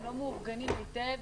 והם לא מאורגנים היטב.